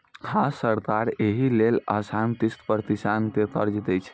हां, सरकार एहि लेल आसान किस्त पर किसान कें कर्ज दै छै